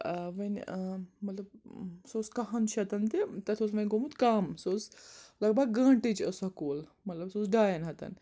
وۄنۍ مطلب سُہ اوس کَہَن شیتَن تہِ تَتھ اوس وۄنۍ گوٚمُت کَم سُہ اوس لگ بگ گٲنٹٕچ ٲسۍ سۄ کُل مطلب سُۄ اس ڈاَن ہَتَن